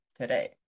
today